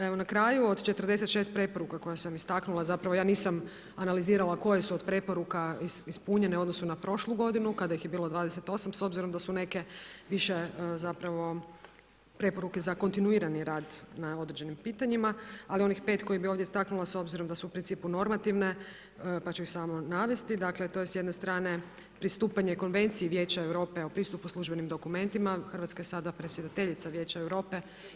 Evo na kraju od 46 preporuka koje sam istaknula, zapravo ja nisam analizirala koje su od preporuka ispunjene u odnosu na prošlu godinu kada ih je bilo 28 s obzirom da su neke više zapravo preporuke za kontinuirani rad na određenim pitanjima ali onih 5 koje bi ovdje istaknula s obzirom da se su u principu normativne pa ću ih sami navesti, dakle to je s jedne strane pristupanje Konvenciji Vijeće Europe o pristupu službenim dokumentima, Hrvatska je sada predsjedateljica Vijeća Europe.